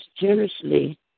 generously